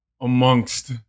amongst